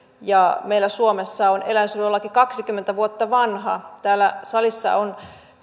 meillä suomessa eläinsuojelulaki on kaksikymmentä vuotta vanha täällä salissa on